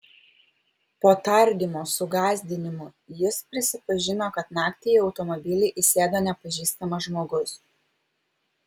po tardymo su gąsdinimų jis prisipažino kad naktį į automobilį įsėdo nepažįstamas žmogus